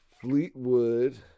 Fleetwood